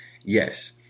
Yes